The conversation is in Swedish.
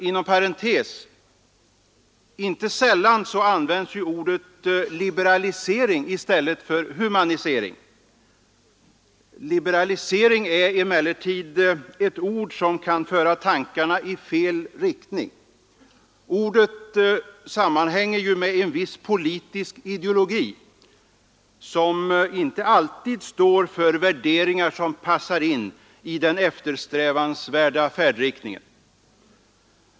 Inom parentes kan sägas att inte så sällan används ordet liberalisering i stället för humanisering. Liberalisering är emellertid ett ord som kan föra tankarna i fel riktning. Ordet sammanhänger ju med en viss politisk ideologi som inte alltid står för värderingar som passar in i den eftersträvansvärda färdriktningen.